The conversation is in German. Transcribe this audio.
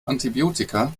antibiotika